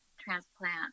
transplant